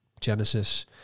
Genesis